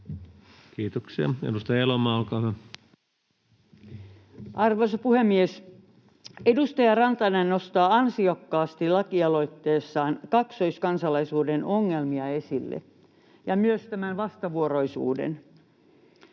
muuttamisesta Time: 21:01 Content: Arvoisa puhemies! Edustaja Rantanen nostaa ansiokkaasti laki-aloitteessaan kaksoiskansalaisuuden ongelmia esille, ja myös tämän vastavuoroisuuden.